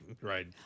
Right